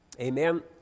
Amen